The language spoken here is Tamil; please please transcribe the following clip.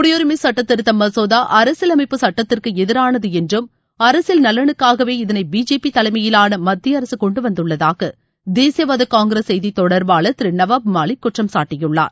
குடியுரிமை சட்ட திருத்த மசோதா அரசியலமைப்புச் சட்டத்திற்கு எதிரானது என்றும் அரசியல் நலுனுக்காகவே இதனை பிஜேபி தலைமையிலான மத்திய அரசு கொண்டுவந்துள்ளதாக தேசியவாத காங்கிரஸ் செய்தி தொடர்பாளர் திரு நவாப் மாலிக் குற்றம் சாட்டியுள்ளார்